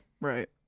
Right